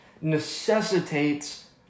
necessitates